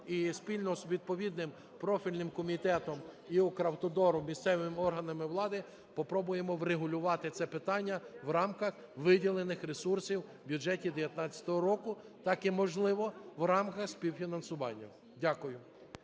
і спільно з відповідним профільним комітетом і Укравтодором, місцевими органами влади попробуємо врегулювати це питання в рамках виділених ресурсів в бюджеті 19-го року, так і, можливо, в рамках співфінансування. Дякую.